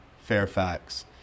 Fairfax